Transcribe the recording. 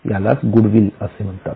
याला च गुडविल असे म्हणतात